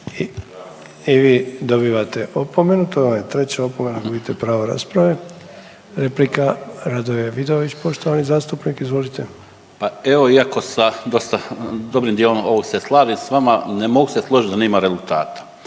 I vi dobivate opomenu, to vam je treća opomena gubite pravo rasprave. Replika Radoje Vidović poštovani zastupnik, izvolite. **Vidović, Radoje (HDZ)** Pa evo iako sa dosta dobrim dijelom ovog se slažem s vama ne mogu se složiti da nema rezultata.